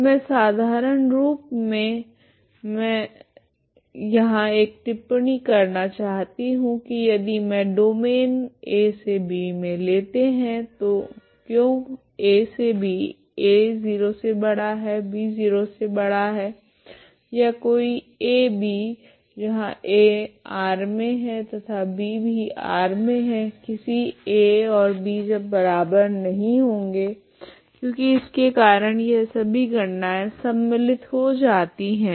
तो मैं साधारण रूप से मैं यहाँ एक टिप्पणी करना चाहती हूँ की यदि मैं डोमैन a से b मे लेते है क्यो a से b a0b0 या कोई ab a∈ R तथा b∈ R किसी a≠b क्योकि इसके कारण यह सभी गणनाएँ सम्मिलित हो जाती है